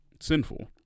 sinful